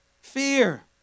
Fear